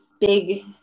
big